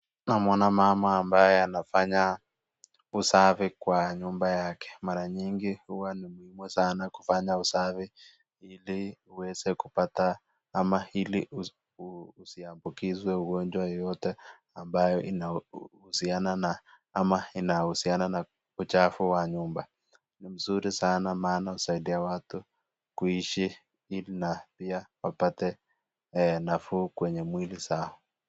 Tunamuona mama ambaye anafanya usafi kwa nyumba yake, mara nyingi huwa ni muhimu sana kufanya usafi ili uweze kupata mama ili usiambukizwe ugonjwa yeyote ambayo inahusiana na mama inahusiana na uchafu wa nyumba, ni vizuri sana maana husaidia watu kuishi ili na pia wapate nafuu kwenye mwili zao.